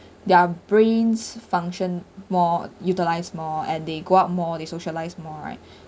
their brains function more utilise more and they go out more they socialise more right